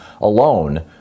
alone